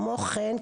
וכמו כן,